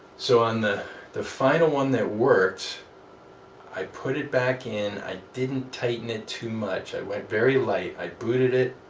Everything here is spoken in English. so on the the final one that worked i put it back in i didn't tighten it too much. i went very light. i booted it.